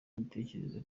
imitekerereze